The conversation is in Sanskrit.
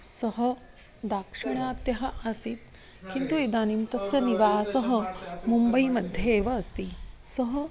सः दाक्षिणात्यः आसीत् किन्तु इदानीं तस्य निवासः मुम्बैमध्ये एव अस्ति सः